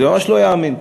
זה ממש לא ייאמן.